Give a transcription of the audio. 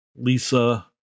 Lisa